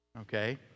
Okay